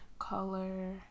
color